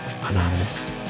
Anonymous